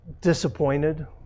Disappointed